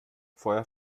feuer